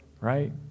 Right